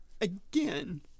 again